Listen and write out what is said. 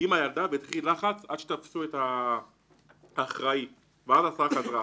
עם הילדה ונוצר לחץ עד שהשיגו את האחראי וההסעה חזרה.